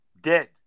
Dead